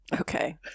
Okay